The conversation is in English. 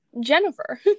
Jennifer